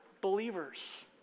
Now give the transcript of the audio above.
believers